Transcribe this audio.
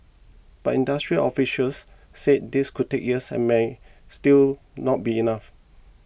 but industry officials say this could take years and may still not be enough